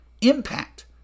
impact